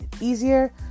easier